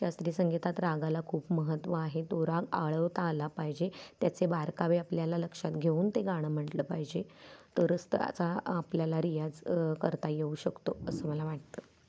शास्त्रीय संगीतात रागाला खूप महत्त्व आहे तो राग आळवता आला पाहिजे त्याचे बारकावे आपल्याला लक्षात घेऊन ते गाणं म्हटलं पाहिजे तरच त्याचा आपल्याला रियाज करता येऊ शकतो असं मला वाटतं